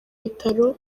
bitaro